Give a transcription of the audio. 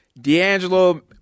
D'Angelo